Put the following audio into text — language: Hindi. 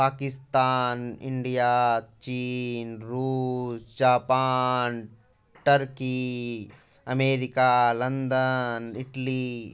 पाकिस्तान इंडिया चीन रूस Japan Turkey America London Italy